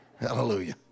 Hallelujah